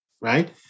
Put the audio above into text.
right